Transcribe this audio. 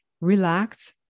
relax